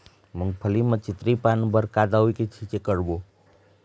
मूंगफली म चितरी पान बर का दवई के छींचे करबो?